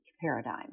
paradigm